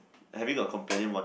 having accompany what